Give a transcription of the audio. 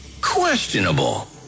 questionable